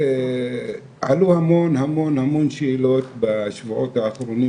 עלו המון המון המון שאלות בשבועות האחרונים